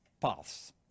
paths